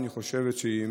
אני חושב שהיא,